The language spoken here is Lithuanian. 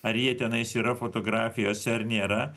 ar jie tenais yra fotografijose ar nėra